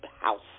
house